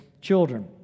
children